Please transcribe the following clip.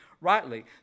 rightly